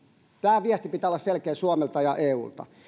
tämän viestin pitää olla selkeä suomelta ja eulta